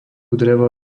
dreva